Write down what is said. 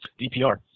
DPR